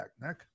Nick